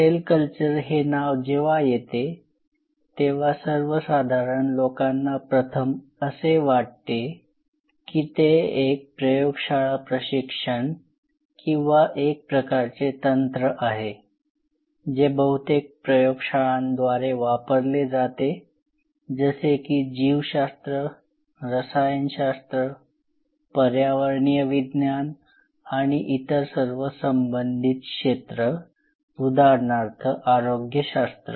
sale culture हे नाव जेव्हा येते तेव्हा सर्वसाधारण लोकांना प्रथम असे वाटते की ते एक प्रयोगशाळा प्रशिक्षण किंवा एक प्रकारचे तंत्र आहे जे बहुतेक प्रयोगशाळांद्वारे वापरले जाते जसे की जीवशास्त्र रसायनशास्त्र पर्यावरणीय विज्ञान आणि इतर सर्व संम्बधित क्षेत्र उदाहरणार्थ आरोग्यशास्त्र